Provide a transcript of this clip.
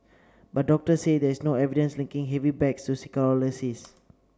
but doctors say there is no evidence linking heavy bags to scoliosis